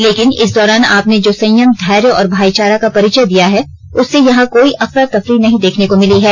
लेकिन इस दौरान आपने जो संयम धैर्य और भाईचारा का परिचय दिया है उससे यहां कोई अफरा तफरी नहीं देखने को मिली है